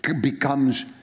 becomes